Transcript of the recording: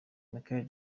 michael